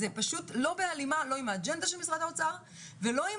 זה פשוט לא בהלימה לא עם האג'נדה של משרד האוצר ולא עם